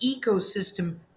ecosystem